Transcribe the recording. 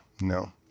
no